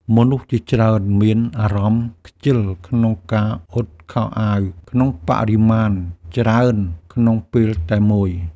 មនុស្សជាច្រើនមានអារម្មណ៍ខ្ជិលក្នុងការអ៊ុតខោអាវក្នុងបរិមាណច្រើនក្នុងពេលតែមួយ។